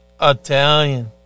Italian